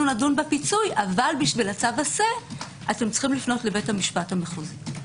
נדון בפיצוי אבל בשביל צו עשה אתם צריכים לפנות לבית משפט המחוזי.